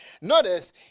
Notice